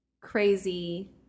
crazy